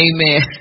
Amen